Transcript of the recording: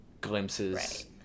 glimpses